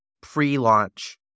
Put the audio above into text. pre-launch